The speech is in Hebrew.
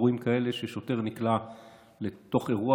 באירועים כאלה ששוטר נקלע לתוך אירוע,